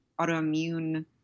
autoimmune